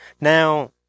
Now